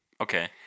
Okay